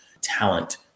talent